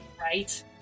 Right